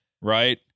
right